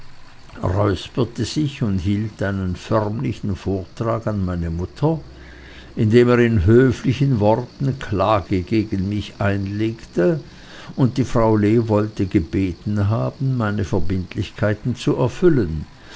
räusperte sich und hielt einen förmlichen vortrag an meine mutter indem er in höflichen worten klage gegen mich einlegte und die frau lee wollte gebeten haben meine verbindlichkeiten zu erfüllen